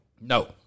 No